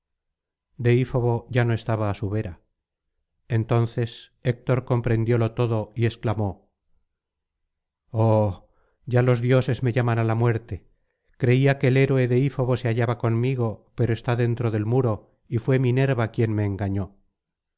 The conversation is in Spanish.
deífobo ya no estaba á su vera entonces héctor comprendiólo todo y esclamó oh ya los dioses me llaman á la muerte creía que el héro deífobo se hallaba conmigo pero está dentro del muro y fué minerva quien me engañó